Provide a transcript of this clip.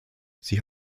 sie